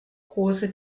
große